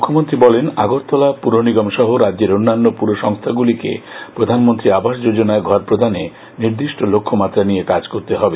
মুখ্যমন্ত্রী বলেন আগরতলা পুর নিগম সহ রাজ্যের অন্যান্য পুর সংস্থাগুলিকে প্রধানমন্ত্রী আবাস যোজনায় ঘর প্রদানে নির্দিষ্ট লক্ষ্যমাত্রা নিয়ে কাজ করতে হবে